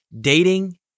Dating